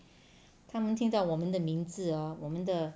他们听到我们的名字 hor 我们的